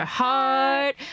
heart